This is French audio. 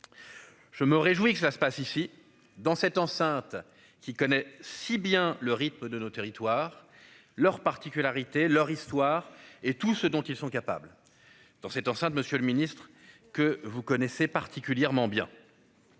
Je me réjouis que ça se passe ici dans cette enceinte qui connaît si bien le rythme de nos territoires. Leur particularité, leur histoire et tout ce dont ils sont capables dans cette enceinte. Monsieur le Ministre, que vous connaissez particulièrement bien.